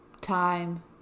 Time